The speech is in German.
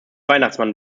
weihnachtsmann